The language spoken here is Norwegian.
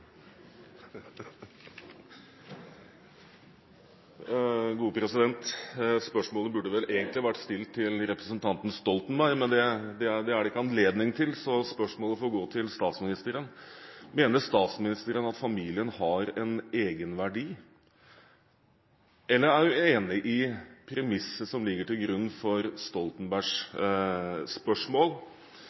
Spørsmålet burde vel egentlig vært stilt til representanten Stoltenberg, men det er det ikke anledning til, så spørsmålet får gå til statsministeren. Mener statsministeren at familien har en egenverdi, eller er hun enig i premisset som ligger til grunn for Stoltenbergs spørsmål,